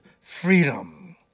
freedom